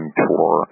tour